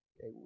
Okay